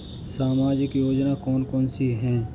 सामाजिक योजना कौन कौन सी हैं?